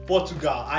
Portugal